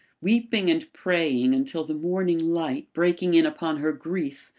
weeping and praying until the morning light, breaking in upon her grief,